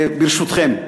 ברשותכם,